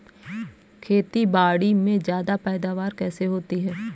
खेतीबाड़ी में ज्यादा पैदावार कैसे होती है?